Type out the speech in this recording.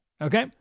Okay